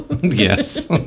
Yes